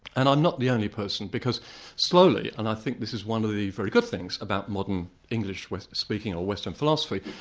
and i'm not the only person because slowly, and i think this is one of the very good things about modern english with speaking or western philosophy,